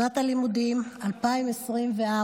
שנת הלימודים 2024,